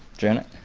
janet.